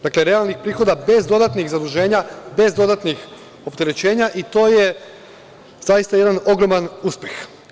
Dakle, realnih prihoda bez dodatnih zaduženja, bez dodatnih opterećenja i to je zaista jedan ogroman uspeh.